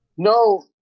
No